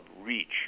reach